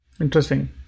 Interesting